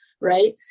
right